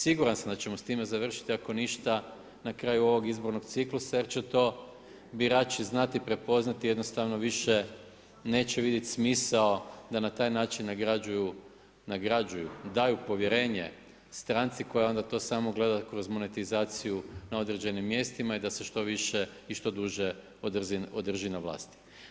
Siguran sam da ćemo s time završiti, ako ništa na kraju ovog izbornog ciklusa jer će to birači znati prepoznati, jednostavno više neće vidjeti smisao da na taj način nagrađuju daju povjerenje stranci koji onda to samo gledaju kroz monetizaciju na određenim mjestima i da se što više i što duže održi na vlasti.